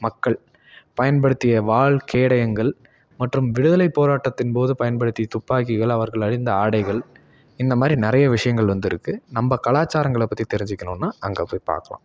மக்கள் பயன்படுத்திய வாள் கேடயங்கள் மற்றும் விடுதலை போராட்டத்தின்போது பயன்படுத்திய துப்பாக்கிகள் அவர்கள் அணிந்த ஆடைகள் இந்த மாதிரி நிறைய விஷயங்கள் வந்து இருக்குது நம்ப கலாச்சாரங்களை பற்றி தெரிஞ்சுக்கணுன்னா அங்கே போய் பார்க்கலாம்